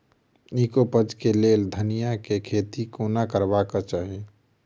नीक उपज केँ लेल धनिया केँ खेती कोना करबाक चाहि?